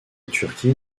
turquie